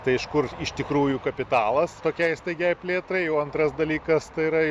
tai iš kur iš tikrųjų kapitalas tokiai staigiai plėtrai jau antras dalykas tai yra